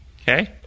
Okay